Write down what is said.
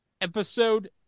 Episode